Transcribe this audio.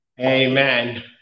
Amen